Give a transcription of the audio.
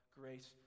grace